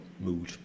mood